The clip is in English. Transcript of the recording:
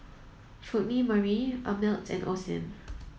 Chutney Mary Ameltz and Osim